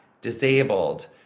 disabled